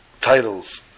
titles